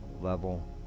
level